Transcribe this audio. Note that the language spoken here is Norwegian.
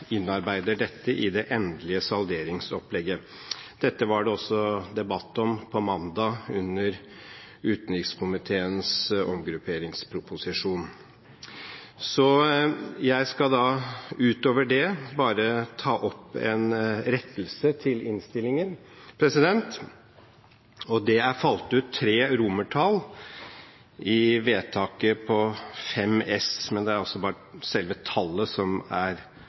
dette i det endelige salderingsopplegget. Dette var det også debatt om på mandag under utenrikskomiteens omgrupperingsproposisjon. Jeg skal ut over det bare ta opp en rettelse til innstillingen. Det er falt ut tre romertall i vedtaket på 5 S, men det er altså bare selve tallet som er